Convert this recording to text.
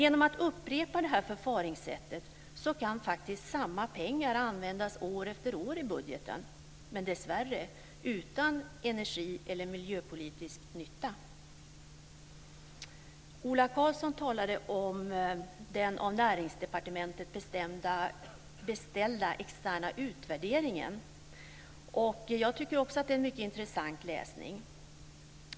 Genom att upprepa detta förfaringssätt kan faktiskt samma pengar användas år efter år i budgeten, men dessvärre utan energieller miljöpolitisk nytta. Ola Karlsson talade om den av Näringsdepartementet beställda externa utvärderingen. Jag tycker också att det är en mycket intressant läsning.